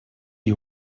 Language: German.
die